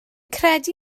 credu